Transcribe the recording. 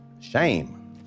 shame